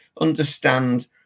understand